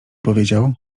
powiedział